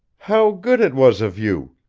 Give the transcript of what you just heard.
how good it was of you,